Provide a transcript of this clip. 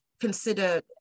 consider